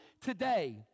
today